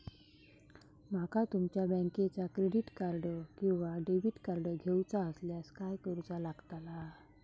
माका तुमच्या बँकेचा क्रेडिट कार्ड किंवा डेबिट कार्ड घेऊचा असल्यास काय करूचा लागताला?